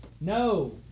no